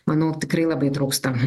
manau tikrai labai trūksta